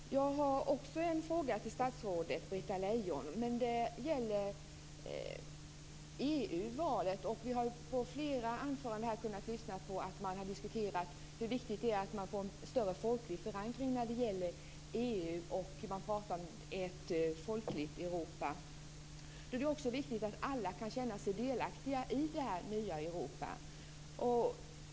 Fru talman! Jag har också en fråga till statsrådet Britta Lejon. Det gäller EU-valet. Vi har ju i flera anföranden kunnat höra att man har diskuterat hur viktigt det är med en större folklig förankring när det gäller EU. Man pratar om ett folkligt Europa. Då är det också viktigt att alla kan känna sig delaktiga i det här nya Europa.